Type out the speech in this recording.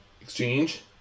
exchange